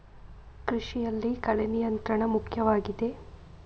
ಕೃಷಿಯಲ್ಲಿ ಕಳೆ ನಿಯಂತ್ರಣ ಮುಖ್ಯವಾಗಿದೆ